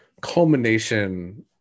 culmination